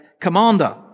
commander